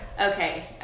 Okay